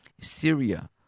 Syria